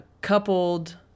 coupled